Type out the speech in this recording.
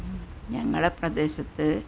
ഞങ്ങളുടെ പ്രദേശത്ത്